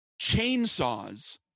chainsaws